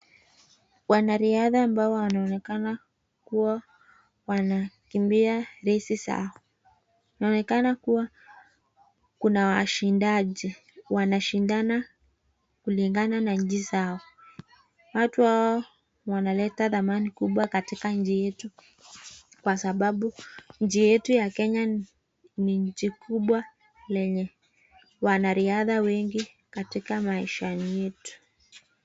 Wanariadha ambao wanaonekana kuwa wanakimbia resi zao. Inaonekana kuwa Kuna washindaji wanashindana kulingana na nchi zao, watu Hawa wanaleta dhamana kubwa katika nchi yetu kwa sababu nchi yetu ya Kenya ni nchi kubwa lenye wanariadha wengi katika maisha yetu.